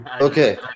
okay